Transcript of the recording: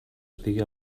estigui